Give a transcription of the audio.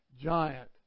giant